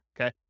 okay